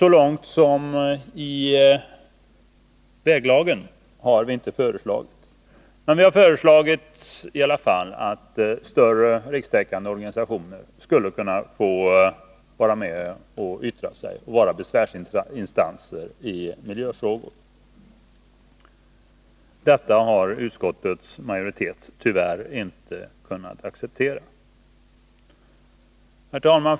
Vi har inte menat att man skall gå fullt så långt som i väglagen, men vi har i alla fall föreslagit att större rikstäckande organisationer skulle få vara besvärsinstanser och få yttra sig i miljöfrågor. Detta har utskottets majoritet tyvärr inte kunnat acceptera. Herr talman!